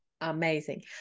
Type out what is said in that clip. amazing